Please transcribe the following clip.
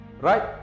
right